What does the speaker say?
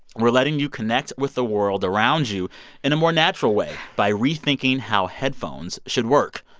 we're letting you connect with the world around you in a more natural way by rethinking how headphones should work.